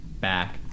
back